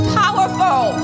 powerful